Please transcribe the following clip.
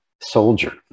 soldier